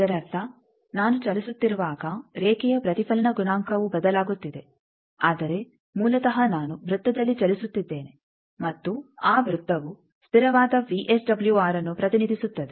ಇದರರ್ಥ ನಾನು ಚಲಿಸುತ್ತಿರುವಾಗ ರೇಖೆಯ ಪ್ರತಿಫಲನ ಗುಣಾಂಕವು ಬದಲಾಗುತ್ತಿದೆ ಆದರೆ ಮೂಲತಃ ನಾನು ವೃತ್ತದಲ್ಲಿ ಚಲಿಸುತ್ತಿದ್ದೇನೆ ಮತ್ತು ಆ ವೃತ್ತವು ಸ್ಥಿರವಾದ ವಿಎಸ್ಡಬ್ಲ್ಯೂಆರ್ಅನ್ನು ಪ್ರತಿನಿಧಿಸುತ್ತದೆ